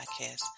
podcast